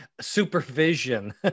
supervision